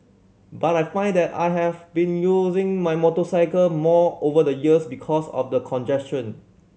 but I find that I have been using my motorcycle more over the years because of the congestion